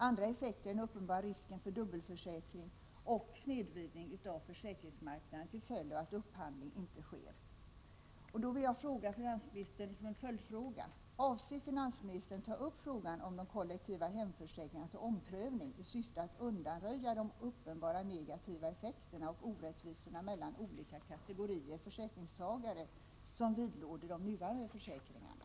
Andra effekter är den uppenbara risken för dubbelförsäkring och snedvridning av försäkringsmarknaden till följd av att upphandling inte sker. Jag vill därför ställa en följdfråga: Avser finansministern att ta upp frågan om de kollektiva hemförsäkringarna till omprövning i syfte att undanröja de uppenbara negativa effekterna och orättvisorna mellan olika kategorier försäkringstagare som vidlåder de nuvarande försäkringarna?